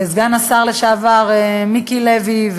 סגן השר לשעבר מיקי לוי,